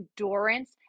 endurance